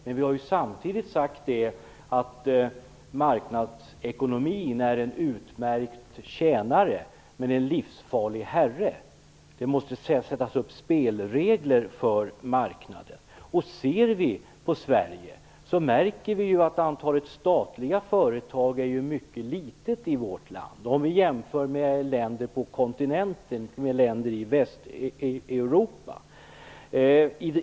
Men vi har samtidigt sagt att marknadsekonomin är en utmärkt tjänare, men en livsfarlig herre. Det måste sättas upp spelregler för marknaden. Ser vi på Sverige märker vi att antalet statliga företag är mycket litet i vårt land om vi jämför med länderna på den västeuropeiska kontinenten.